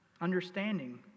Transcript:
understanding